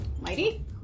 Mighty